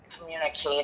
communicate